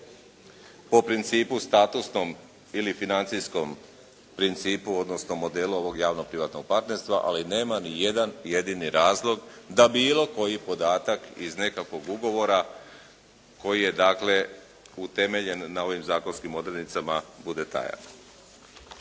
po principu statusnom ili financijskom principu odnosno modelu ovog javno privatnog partnerstva, ali nema ni jedan jedini razlog da bilo koji podatak iz nekakvog ugovora koji je dakle utemeljen na ovim zakonskim odrednicama bude tajan.